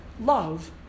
love